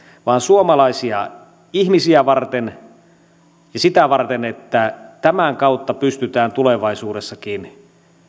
vaan suomalaisia ihmisiä varten ja sitä varten että tämän kautta pystytään tulevaisuudessakin